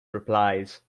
replies